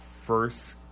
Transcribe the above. first